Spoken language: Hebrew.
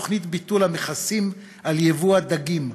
תוכנית ביטול המכסים על יבוא הדגים,